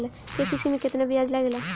KCC में केतना ब्याज लगेला?